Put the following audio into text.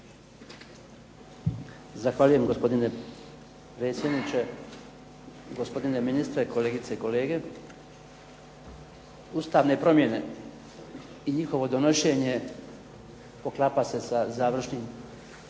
Zahvaljujem gospodine predsjedniče, gospodine ministre, kolegice i kolege. Ustavne promjene i njihovo donošenje poklapa se sa završnim